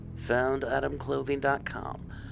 FoundAdamClothing.com